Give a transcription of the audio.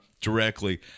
directly